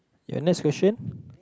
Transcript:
your next question